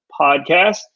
Podcast